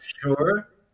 sure